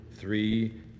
three